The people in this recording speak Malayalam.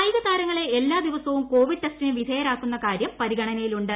കായികതാരങ്ങളെ എല്ലാ ദിവസവും കോവിഡ് ടെസ്റ്റീർ വിധേയരാക്കുന്ന കാര്യം പരിഗ ണയിലുണ്ട്